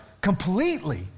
completely